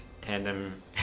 Tandem